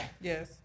Yes